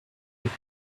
with